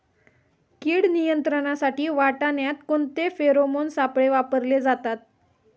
कीड नियंत्रणासाठी वाटाण्यात कोणते फेरोमोन सापळे वापरले जातात?